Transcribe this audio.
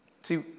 See